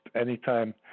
anytime